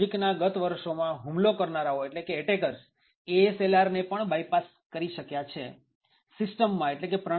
નજીકના ગત વર્ષોમાં હુમલો કરનારાઓ ASLRને પણ બાયપાસ કરી શક્યા છે